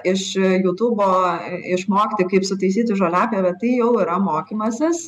iš jutubo išmokti kaip sutaisyti žoliapjovę tai jau yra mokymasis